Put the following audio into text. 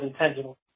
intentional